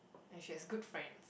and she has good friend